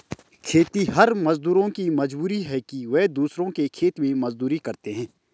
खेतिहर मजदूरों की मजबूरी है कि वे दूसरों के खेत में मजदूरी करते हैं